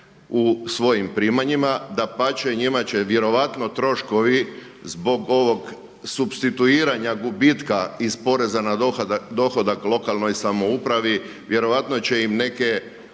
u svojim primanjima, dapače njima će vjerojatno troškovi zbog ovog supstituiranja gubitka iz poreza na dohodak lokalnoj samoupravi vjerojatno će im neke